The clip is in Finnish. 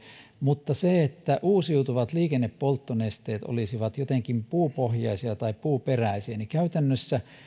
mutta siihen että uusiutuvat liikennepolttonesteet olisivat jotenkin puupohjaisia tai puuperäisiä totean että käytännössä